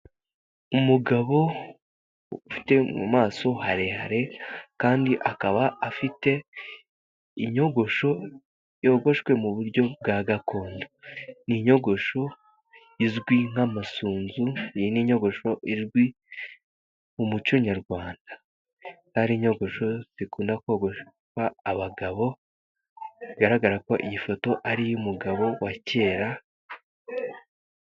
Umugabo ufite mu maso harehare, kandi akaba afite inyogosho yogoshwe mu buryo bwa gakondo. Ni inyogosho izwi nk'amasunzu, ni n'inyogosho izwi mu muco nyarwanda. Kuko ari inyogosho zikunda kogoshwa abagabo, bigaragara ko iyi foto ari iy'umugabo wa kera.